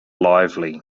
lively